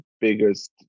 biggest